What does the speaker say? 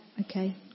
Okay